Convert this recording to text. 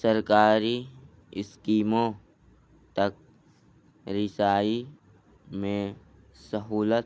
سرکاری اسکیموں تک رسائی میں سہولت